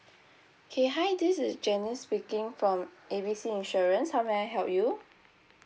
okay hi this is janice speaking from A B C insurance how may I help you